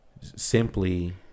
simply